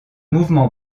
mouvement